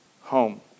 home